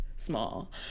small